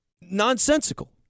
nonsensical